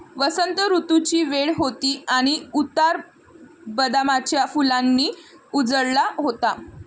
वसंत ऋतूची वेळ होती आणि उतार बदामाच्या फुलांनी उजळला होता